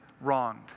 wronged